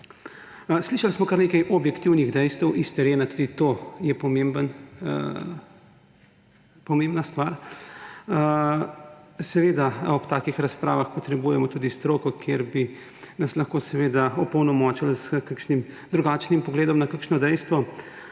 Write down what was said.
Slišali smo kar nekaj objektivnih dejstev s terena, tudi to je pomembna stvar. Seveda ob takih razpravah potrebujemo tudi stroko, kjer bi nas lahko opolnomočili s kakšnim drugačnim pogledom na kakšno dejstvo.